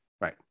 Right